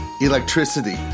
electricity